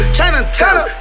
Chinatown